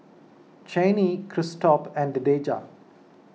Chanie Christop and Deja